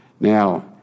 Now